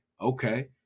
okay